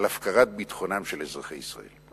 על הפקרת ביטחונם של אזרחי ישראל.